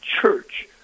church